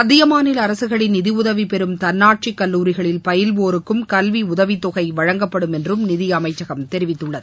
மத்தி மாநில அரசுகளின் நிதியுதவி பெறும் தன்னாட்சி கல்லூரிகளில் பயில்வோருக்கும் கல்வி உதவித்தொகை வழங்கப்படும் என்றும் நிதியமைச்சகம் தெரிவித்துள்ளது